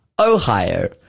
Ohio